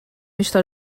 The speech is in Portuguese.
está